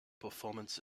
performance